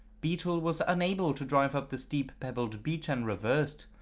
beetle was unable to drive up the steep pebbled beach and reversed,